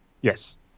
Yes